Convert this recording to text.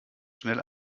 schnell